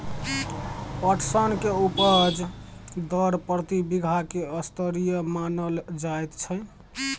पटसन के उपज दर प्रति बीघा की स्तरीय मानल जायत छै?